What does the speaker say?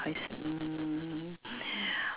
I s~ mm